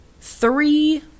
three